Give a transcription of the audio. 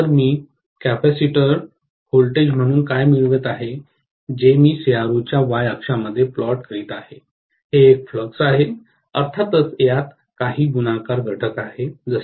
तर मी capacitor voltage म्हणून काय मिळवित आहे जे मी सीआरओच्या वाय अक्षामध्ये प्लॉट करीत आहे हे एक फ्लक्स आहे अर्थातच यात काही गुणाकार घटक आहे जसे